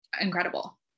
incredible